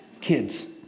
Kids